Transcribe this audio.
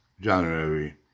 January